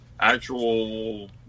actual